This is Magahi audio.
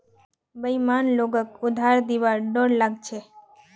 बेईमान लोगक उधार दिबार डोर लाग छ